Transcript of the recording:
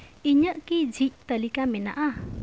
ᱤᱧᱟᱹᱜ ᱠᱤ ᱡᱷᱤᱡ ᱛᱟᱹᱞᱤᱠᱟ ᱢᱮᱱᱟᱜᱼᱟ